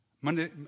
Monday